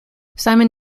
simon